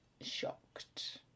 shocked